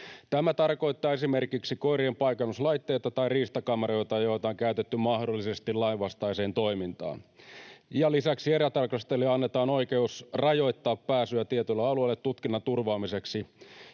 Tämä tarkoittaa esimerkiksi koirien paikannuslaitteita tai riistakameroita, joita on käytetty mahdollisesti lainvastaiseen toimintaan. Lisäksi erätarkastajille annetaan oikeus rajoittaa pääsyä tietylle alueelle tutkinnan turvaamiseksi,